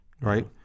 Right